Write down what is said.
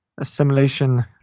assimilation